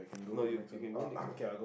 no you you can go next ah